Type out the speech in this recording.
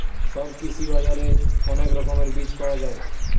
সব কৃষি বাজারে অনেক রকমের বীজ পাওয়া যায়